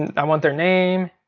and i want their name,